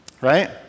right